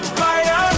fire